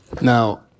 Now